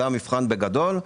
זהו המבחן, בגדול,